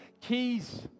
keys